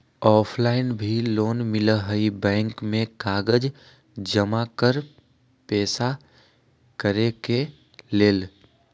Offline भी loan मिलहई bank में कागज जमाकर पेशा करेके लेल?